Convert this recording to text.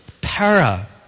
Para